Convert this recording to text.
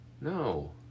No